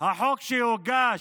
החוק שהוגש,